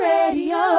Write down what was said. Radio